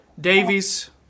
Davies